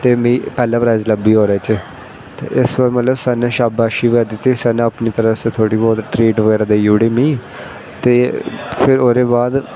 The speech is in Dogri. ते मिगी पैह्ला प्राईंज़ लब्भिया ओह्दे च ते इस बारी सर नै शाबाशी दित्ती सर नै थोह्ड़ी बौह्त ट्रीट बगैरा देई ओड़ी ते फिर ओह्दे बाद